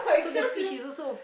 so the fish is also